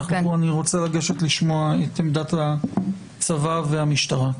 אני רוצה לגשת לשמוע את עמדת הצבא והמשטרה.